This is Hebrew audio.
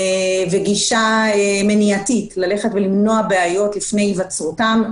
וגישה מניעתית, למנוע בעיות לפני היווצרותן.